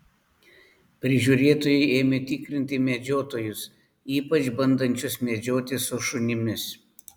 prižiūrėtojai ėmė tikrinti medžiotojus ypač bandančius medžioti su šunimis